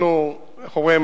אנחנו, איך אומרים?